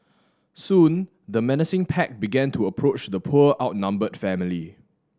soon the menacing pack began to approach the poor outnumbered family